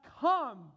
come